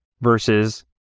versus